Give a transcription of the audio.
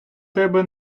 тебе